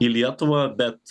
į lietuvą bet